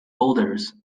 boulders